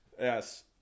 Yes